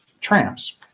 tramps